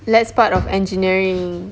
that's part of engineering